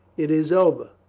it is over.